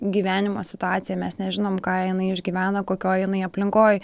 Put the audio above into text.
gyvenimo situaciją mes nežinom ką jinai išgyvena kokioj jinai aplinkoj